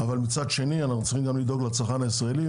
אבל מצד שני אנחנו צריכים גם לדאוג לצרכן הישראלי